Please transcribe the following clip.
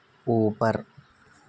اوپر